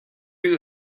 you